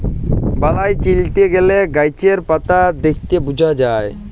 বালাই চিলতে গ্যালে গাহাচের পাতা দ্যাইখে বুঝা যায়